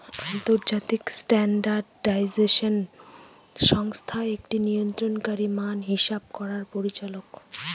আন্তর্জাতিক স্ট্যান্ডার্ডাইজেশন সংস্থা একটি নিয়ন্ত্রণকারী মান হিসাব করার পরিচালক